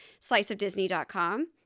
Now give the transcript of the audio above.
sliceofdisney.com